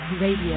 Radio